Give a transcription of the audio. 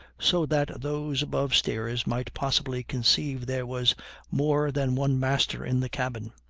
so that those above stairs might possibly conceive there was more than one master in the cabin.